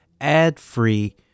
ad-free